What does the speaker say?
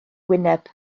wyneb